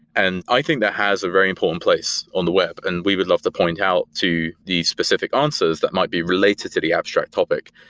and i think that has a very important place on the web, and we would love to point out to these specific answers that might be related to the abstract topic.